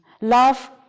love